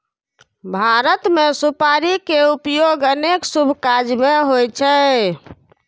भारत मे सुपारी के उपयोग अनेक शुभ काज मे होइ छै